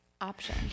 Option